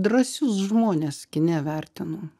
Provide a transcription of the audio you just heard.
drąsius žmones kine vertinu